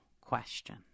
question